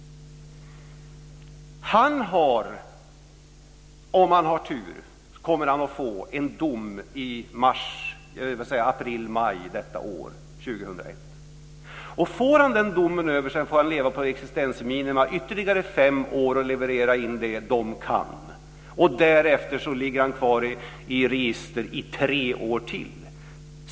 Om han har tur kommer han att få en dom i april/maj i år. Får han den domen över sig får han leva på existensminimum ytterligare fem år och leverera in det de kan. Därefter ligger han kvar i registret i tre år till.